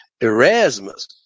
Erasmus